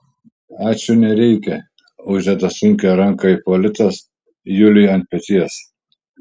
ačiū nereikia uždeda sunkią ranką ipolitas juliui ant peties